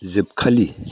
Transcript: जोबखालि